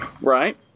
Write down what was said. Right